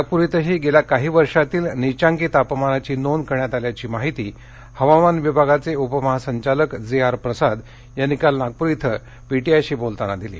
नागपूर इथंही गेल्या काही वर्षातील नीचांकी तापमानाची नोंद करण्यात आल्याची माहिती हवामान विभागाचे उप महासंचालक जे आर प्रसाद यांनी काल नागपूर इथं पी टी आय शी बोलताना दिली